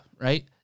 right